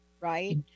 right